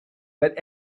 but